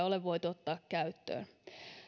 ole voitu ottaa käyttöön